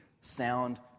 sound